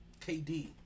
KD